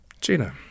Gina